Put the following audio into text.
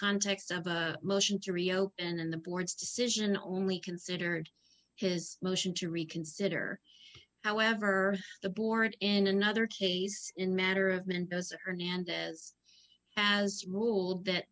context of a motion to reopen and the board's decision only considered his motion to reconsider however the board in another to us in matter of mendoza hernandez has ruled that